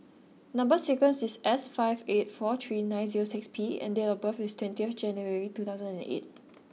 number sequence is S five eight four three nine zero six P and date of birth is twenty January two thousand and eight